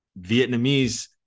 Vietnamese